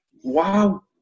Wow